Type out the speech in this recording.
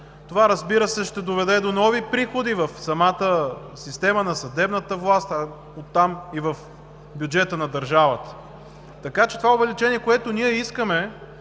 Това, разбира се, ще доведе до нови приходи в системата на съдебната власт, а оттам и в бюджета на държавата. Увеличението, което ние искаме,